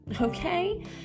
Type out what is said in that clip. Okay